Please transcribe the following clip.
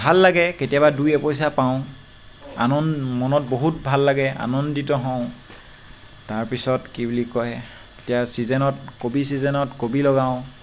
ভাল লাগে কেতিয়াবা দুই এপইচা পাওঁ আনন্ মনত বহুত ভাল লাগে আনন্দিত হওঁ তাৰ পিছত কি বুলি কয় এতিয়া ছিজেনত কবি কবিৰ ছিজনত কবি লগাওঁ